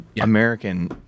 American